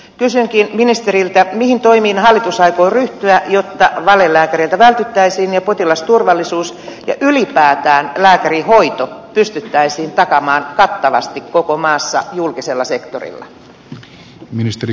kysynkin ministeriltä mihin toimiin hallitus aikoo ryhtyä jotta valelääkäreiltä vältyttäisiin ja potilasturvallisuus ja ylipäätään lääkärihoito pystyttäisiin takaamaan kattavasti koko maassa julkisella sektorilla